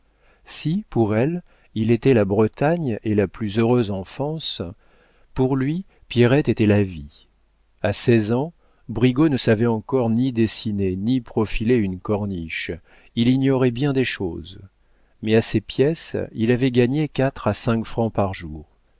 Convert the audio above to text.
si pour elle il était la bretagne et la plus heureuse enfance pour lui pierrette était la vie a seize ans brigaut ne savait encore ni dessiner ni profiler une corniche il ignorait bien des choses mais à ses pièces il avait gagné quatre à cinq francs par jour